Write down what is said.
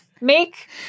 make